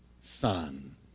son